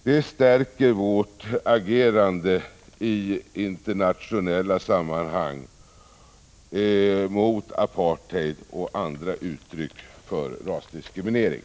Det stärker vårt agerande i internationella sammanhang mot apartheid och andra uttryck för rasdiskriminering.